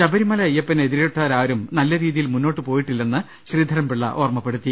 ശബരീമല അയ്യപ്പനെ എതിരി ട്ടവരാരും നല്ല രീതിയിൽ മുന്നോട്ടു പോയിട്ടില്ലെന്ന് ശ്രീധരൻപിള്ള ഓർമ്മപ്പെടുത്തി